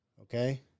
Okay